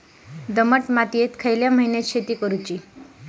दमट मातयेत खयल्या महिन्यात शेती करुची?